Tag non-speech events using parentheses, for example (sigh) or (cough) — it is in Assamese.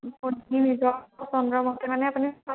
(unintelligible) নিজৰ পচন্দ মতে মানে আপুনি